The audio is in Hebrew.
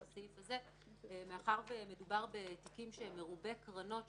מאחר שמדובר בתיקים שהם מרובי קרנות,